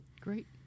Great